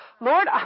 Lord